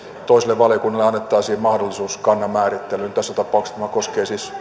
toiselle valiokunnalle annettaisiin mahdollisuus kannan määrittelyyn tässä tapauksessa tämä koskee siis